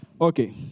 Okay